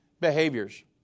behaviors